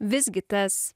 visgi tas